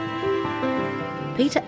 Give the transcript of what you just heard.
Peter